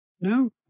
No